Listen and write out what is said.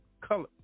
color